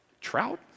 Trout